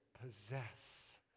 possess